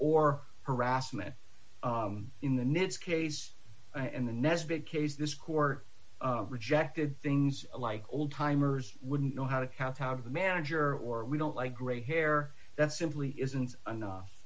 or harassment in the nits case and the next big case this court rejected things like old timers wouldn't know how to kowtow to the manager or we don't like gray hair that simply isn't enough